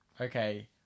Okay